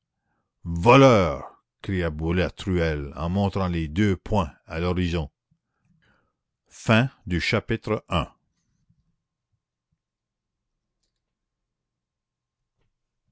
voleur cria boulatruelle en montrant les deux poings à l'horizon